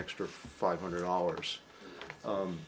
extra five hundred dollars